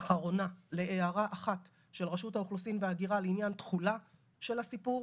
אחרונה להערה אחת של רשות האוכלוסין וההגירה לעניין תחולה של הסיפור.